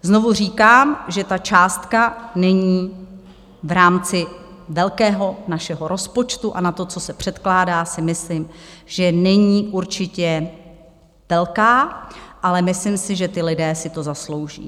Znovu říkám, že ta částka není v rámci velkého našeho rozpočtu a na to, co se předkládá, si myslím, že není určitě velká, ale myslím si, že ti lidé si to zaslouží.